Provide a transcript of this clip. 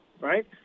Right